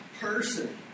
person